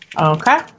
Okay